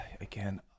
Again